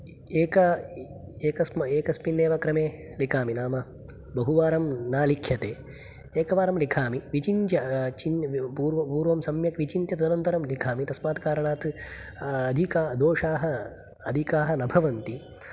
एक एकस्म एकस्मिन्नेव क्रमे लिखामि नाम बहुवारं न लिख्यते एकवारं लिखामि विचिन्त्य चिन् पूर्व पूर्वं सम्यक् विचिन्त्य तदनन्तरं लिखामि तस्मात् कारणात् अधिकदोषाः अधिकाः न भवन्ति